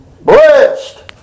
Blessed